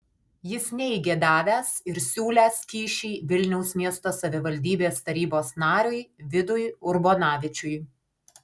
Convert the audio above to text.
jis neigė davęs ir siūlęs kyšį vilniaus miesto savivaldybės tarybos nariui vidui urbonavičiui